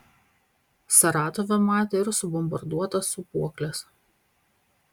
saratove matė ir subombarduotas sūpuokles